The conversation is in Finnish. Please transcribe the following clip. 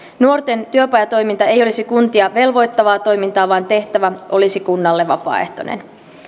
nuorten työpajatoiminta ei olisi kuntia velvoittavaa toimintaa vaan tehtävä olisi kunnalle vapaaehtoinen